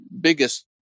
biggest